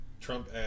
Trump